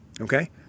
Okay